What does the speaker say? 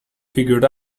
figured